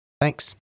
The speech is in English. Thanks